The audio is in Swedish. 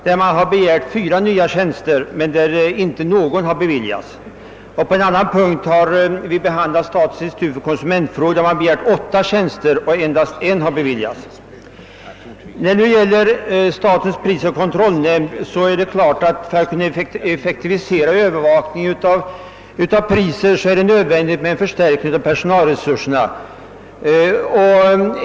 Nämnden har begärt att fyra nya tjänster skall inrättas, men statsutskottets majoritet vill inte vara med om att inrätta någon ny tjänst. — Under en senare punkt i utlåtandet besandlas avlöningsanslaget till statens institut för konsumentfrågor. Institutet har begärt inrättande av åtta nya tjänster, men departementschefen föreslår endast inrättande av en ny tjänst, ett förslag som statsutskottets majoritet anslutit sig till. När det nu gäller statens prisoch kartellnämnd är det klart att det för att åstadkomma en effektivisering av prisövervakningen är nödvändigt att förstärka personalresurserna.